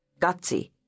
gutsy